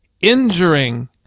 injuring